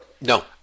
No